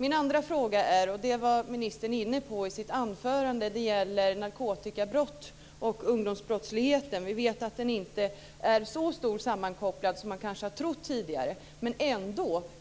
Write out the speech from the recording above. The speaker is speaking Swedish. Min andra fråga rör något som ministern var inne på i sitt anförande. Det gäller narkotikabrott och ungdomsbrottsligheten. Vi vet att det inte är så sammankopplat som man tidigare kanske har trott. Men